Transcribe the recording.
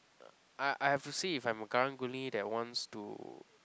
I I have to see if I'm a Karang-Guni that wants to